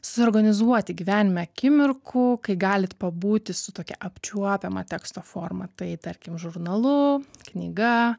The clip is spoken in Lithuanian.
suorganizuoti gyvenime akimirkų kai galit pabūti su tokia apčiuopiama teksto forma tai tarkim žurnalu knyga